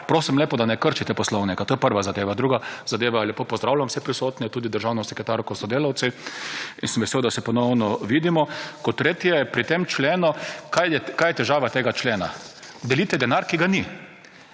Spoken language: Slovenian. Prosim lepo, da ne kršitev Poslovnika. To je prva zadeva. Druga zadeva, lepo pozdeavljam vse prisotne, tudi državno sekretarko s sodelavci. In sem vesel, da se ponovno vidimo. Kot tretje, pri tem členu, kaj je težava tega člena. Delite denar, ki ga ni.